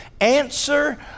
Answer